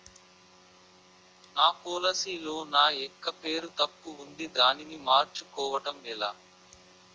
నా పోలసీ లో నా యెక్క పేరు తప్పు ఉంది దానిని మార్చు కోవటం ఎలా?